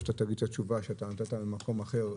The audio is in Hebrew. שאתה תגיד את התשובה שאמרת במקום אחר,